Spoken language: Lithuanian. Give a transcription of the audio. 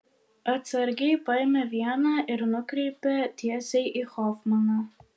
atsargiai paėmė vieną ir nukreipė tiesiai į hofmaną